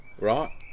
Right